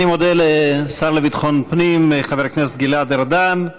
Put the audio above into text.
אני מודה לשר לביטחון פנים חבר הכנסת גלעד ארדן.